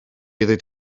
ddweud